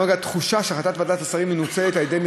אפשר להציג הצעת חוק או לשנות את התקנון של